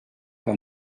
have